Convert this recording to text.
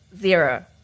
zero